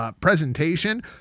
presentation